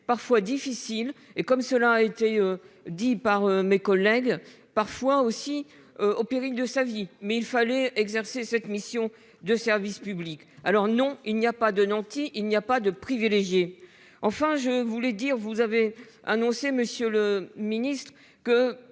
parfois difficiles, et, comme cela a été dit par mes collègues, parfois, aussi, au péril de sa vie. Mais il fallait exercer cette mission de service public ! Alors, non, il n'y a pas de nantis ! Il n'y a pas de privilégiés. Enfin, à vous écouter, monsieur le ministre,